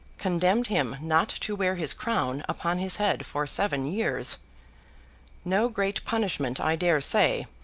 condemned him not to wear his crown upon his head for seven years no great punishment, i dare say,